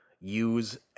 use